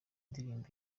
ndirimbo